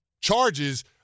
charges